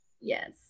Yes